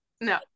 No